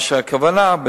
הכוונה היא,